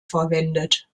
verwendet